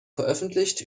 veröffentlicht